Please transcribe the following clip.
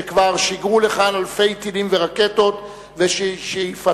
שכבר שיגרו לכאן אלפי טילים ורקטות ושאיפתם